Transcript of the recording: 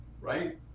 right